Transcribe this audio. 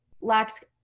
lacks